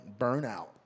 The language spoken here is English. burnout